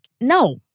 No